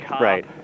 right